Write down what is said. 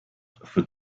for